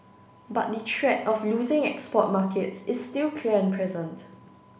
but the threat of losing export markets is still clear and present